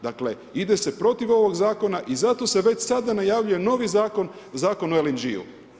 Dakle ide se protiv ovog zakona i zato se već sada najavljuje novi zakon, zakon o LNG-u.